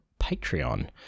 patreon